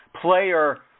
player